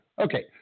Okay